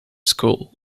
school